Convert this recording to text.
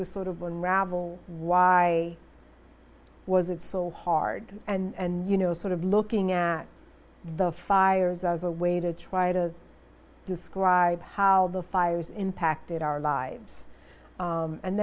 was sort of unravel why was it so hard and you know sort of looking at the fires as a way to try to describe how the fires impacted our lives